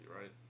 right